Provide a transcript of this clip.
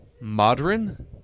modern